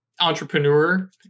entrepreneur